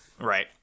Right